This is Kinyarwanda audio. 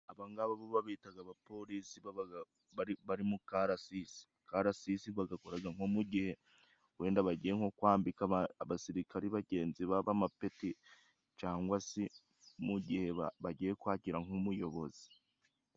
Abangaba bo babitaga abapolisi babaga bari mu karasisi. Akarasisi bagakoraga nko mu gihe wenda bagiye nko kwambika abasirikare bagenzi babo amapeti, cangwa se mu gihe bagiye kwakira nk'umuyobozi.